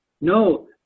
No